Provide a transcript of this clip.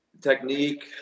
Technique